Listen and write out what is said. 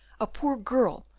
a poor girl,